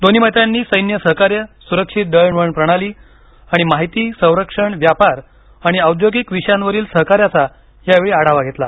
दोन्ही मंत्र्यांनी सैन्य सहकार्य सुरक्षित दालन वळण प्रणाली आणि माहिती संरक्षण व्यापार आणि औद्योगिक विषयांवरील सहकार्याचा यावेळी आढावा घेतला